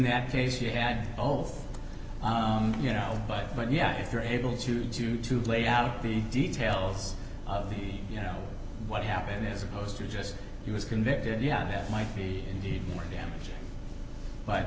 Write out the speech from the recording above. that case you had both you know but but yeah if you're able to do to lay out the details of the you know what happened as opposed to just he was convicted yeah that might be indeed more damaging but